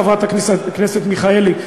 חברת הכנסת מיכאלי,